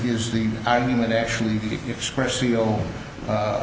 is the argument actually